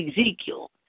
Ezekiel